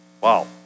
Wow